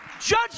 Judge